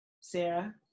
Sarah